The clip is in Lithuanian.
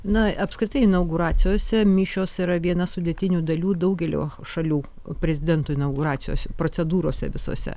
na apskritai inauguracijose mišios yra viena sudėtinių dalių daugelio šalių prezidentų inauguracijos procedūrose visose